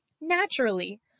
Naturally